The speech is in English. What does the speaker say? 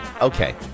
okay